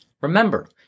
Remember